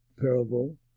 parable